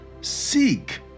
Seek